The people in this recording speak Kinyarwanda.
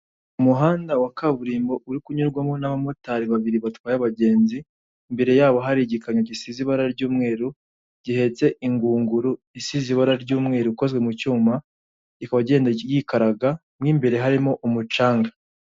Umuhanda wa kaburimbo uri kunyurwamo n'abamotari babiri batwaye abagenzi, imbere yabo hari igikamyo gisize ibara ry'umweru, gihetse ingunguru isize ibara ry'umweru, ikozwe mu cyuma ikaba igenda yikaraga, mo imbere harimo umucanga.